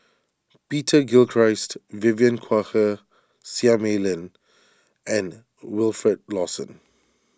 Peter Gilchrist Vivien Quahe Seah Mei Lin and Wilfed Lawson